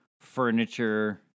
furniture